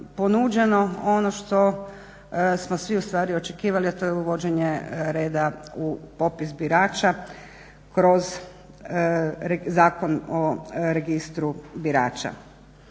ponuđeno ono što smo svi ustvari očekivali, a to je uvođenje reda u popis birača kroz Zakon o registru birača.